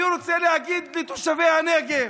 אני רוצה להגיד לתושבי הנגב: